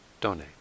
donate